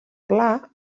pla